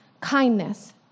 kindness